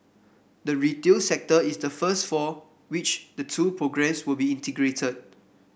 the retail sector is the first for which the two programmes will be integrated